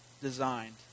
designed